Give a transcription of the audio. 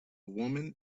woman